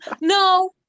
No